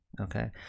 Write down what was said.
okay